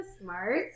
smart